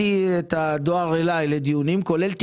כשבאתי לדיון פה, לא ידעתי על מה מדובר.